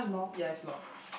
ya is locked